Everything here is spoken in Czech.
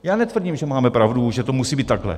Já netvrdím, že máme pravdu, že to musí být takhle.